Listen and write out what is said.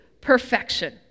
perfection